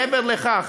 מעבר לכך